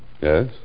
Yes